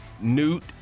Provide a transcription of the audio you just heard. Newt